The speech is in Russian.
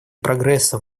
прогресса